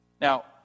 Now